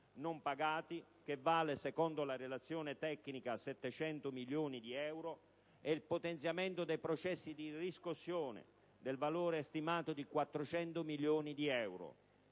non pagati, che vale secondo la relazione tecnica 700 milioni di euro, e il potenziamento dei processi di riscossione, del valore stimato di 400 milioni di euro.